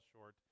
short